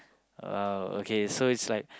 !wow! okay so is like